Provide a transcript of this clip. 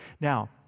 Now